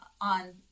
on